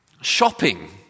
shopping